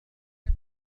يكن